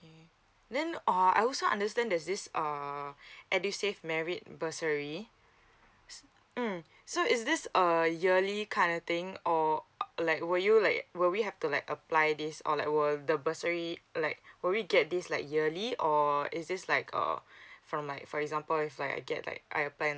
okay then uh I also understand there's this uh edusave merit bursary mm so is this a yearly kind of thing or like were you like were we have to like apply this or like will the bursary like will we get this like yearly or is this like uh from like for example it's like I get like I apply